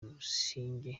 busingye